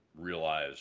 realize